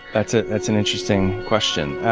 that's ah that's an interesting question.